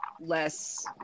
less